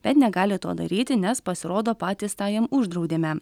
bet negali to daryti nes pasirodo patys tą jiem uždraudėme